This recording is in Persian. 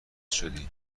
شدی